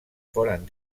foren